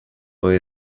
but